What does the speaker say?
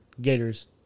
Gators